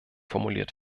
formuliert